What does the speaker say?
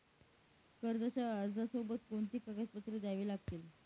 कर्जाच्या अर्जासोबत कोणती कागदपत्रे द्यावी लागतील?